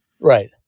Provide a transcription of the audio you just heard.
Right